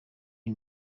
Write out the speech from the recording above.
iyi